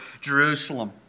Jerusalem